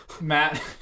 Matt